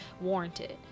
warranted